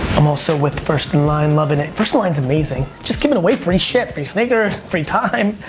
i'm also with first in line, loving it. first in line's amazing. just giving away free shit. free sneakers, free time.